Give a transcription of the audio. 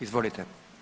Izvolite.